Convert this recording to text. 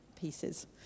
pieces